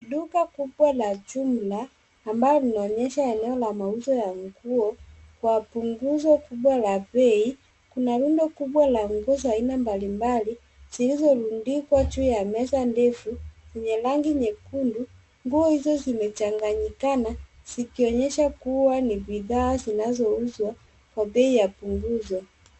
Duka kubwa la jumla ambalo linaonyesha eneo la mauzo ya nguo kwa punguzo kubwa la bei, kuna rundo kubwa la nguo za aina mbalimbali zilizorundikwa juu ya meza ndefu zenye rangi nyekundu. Nguo hizo zimechanganyikana zikionyesha kuwa na bidhaa zinazouwa kwa bei ya punguzo.